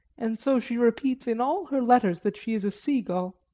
and so she repeats in all her letters that she is a sea-gull.